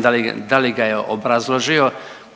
da li, da li ga je obrazložio,